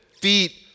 feet